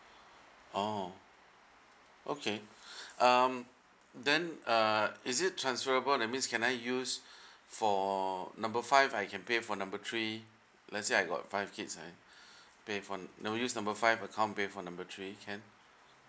oh okay um then uh is it transferable that means can I use for number five I can pay for number three let's say I got five kids right pay for now use number five account pay for number three can